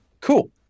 cool